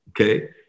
okay